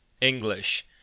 English